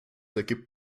ergibt